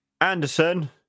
Anderson